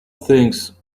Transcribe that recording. things